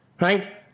right